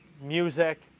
music